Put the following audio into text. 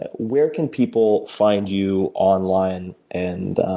ah where can people find you online and